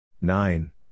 nine